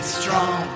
strong